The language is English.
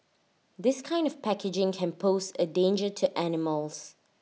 this kind of packaging can pose A danger to animals